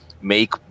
make